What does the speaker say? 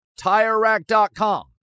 TireRack.com